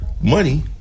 money